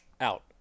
out